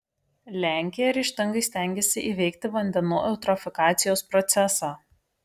lenkija ryžtingai stengiasi įveikti vandenų eutrofikacijos procesą